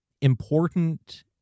important